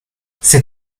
c’est